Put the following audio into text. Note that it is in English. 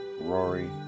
Rory